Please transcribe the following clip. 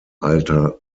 alter